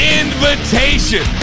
invitation